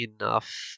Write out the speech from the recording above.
enough